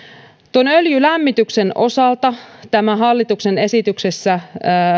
öljylämmityksen osalta tässä hallituksen esityksessä